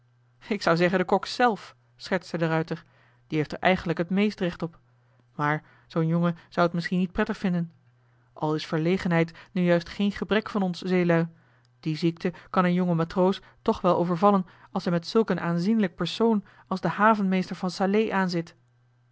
ik zou zeggen de kok zelf schertste de ruijter die heeft er eigenlijk t meest recht op maar zoo'n jongen zou t misschien niet prettig vinden al is verlegenheid nu juist geen gebrek van ons zeelui die ziekte kan een jongen matroos tch wel overvallen als hij met zulk een aanzienlijk persoon als den havenmeester van salé aanzit